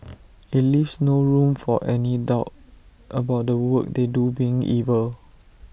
IT leaves no room for any doubt about the work they do being evil